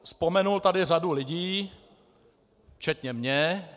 Vzpomenul tady řadu lidí, včetně mě.